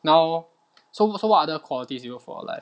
now so so what other qualities do you look for like